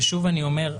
ששוב אני אומר,